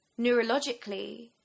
neurologically